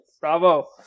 bravo